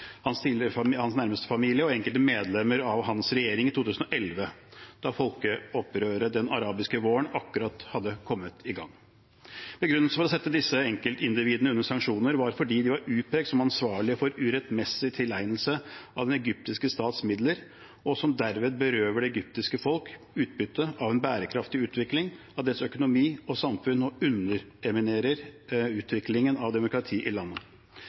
hans nærmeste familie og enkelte medlemmer av hans regjering i 2011, da folkeopprøret den arabiske våren akkurat hadde kommet i gang. Begrunnelsen for å sette disse enkeltindividene under sanksjoner var at de var utpekt som ansvarlige for urettmessig tilegnelse av den egyptiske stats midler, og som derved berøver det egyptiske folk utbytte av en bærekraftig utvikling, av dets økonomi og samfunn og underminerer utviklingen av demokrati i landet.